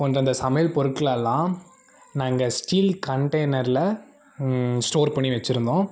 இந்தந்த சமையல் பொருட்களெல்லாம் நாங்கள் ஸ்டீல் கண்டெய்னரில் ஸ்டோர் பண்ணி வச்சுருந்தோம்